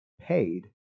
paid